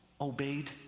Obeyed